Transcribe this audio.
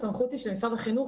הסמכות היא של משרד החינוך,